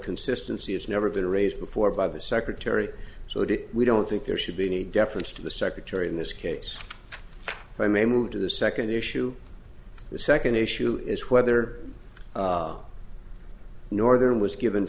consistency has never been raised before by the secretary so if we don't think there should be any deference to the secretary in this case i may move to the second issue the second issue is whether northern was given